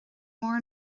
mór